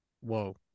Whoa